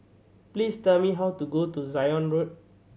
please tell me how to get to Zion Road